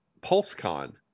PulseCon